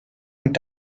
und